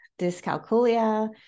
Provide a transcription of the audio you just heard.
dyscalculia